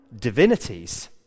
divinities